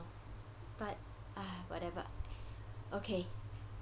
but ah whatever okay